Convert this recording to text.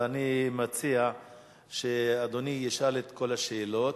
ואני מציע שאדוני ישאל את כל השאלות,